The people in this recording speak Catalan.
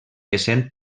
essent